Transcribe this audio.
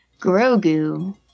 Grogu